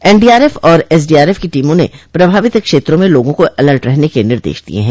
NDRF और SDRF की टीमों ने प्रभावित क्षेत्रों में लोगों को अलर्ट रहन के निर्देश दिये हैं